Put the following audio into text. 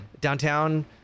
Downtown